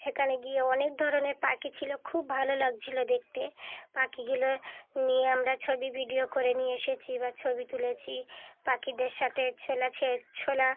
সেখানে গিয়ে অনেক ধরনের পাখি ছিল খুব ভালো লাগছিল দেখতে পাখিগুলো নিয়ে আমরা ছবি ভিডিও করে নিয়ে এসেছি বা ছবি তুলেছি পাখিদের সাথে ছোলা ছে ছোলা